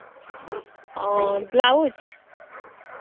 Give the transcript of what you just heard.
ᱚᱸᱻ ᱵᱞᱟᱩᱡᱽ